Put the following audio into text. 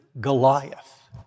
Goliath